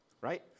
right